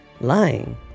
lying